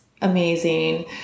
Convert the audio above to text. amazing